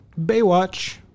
Baywatch